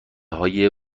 های